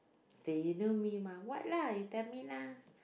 do you know me my what lah you tell me lah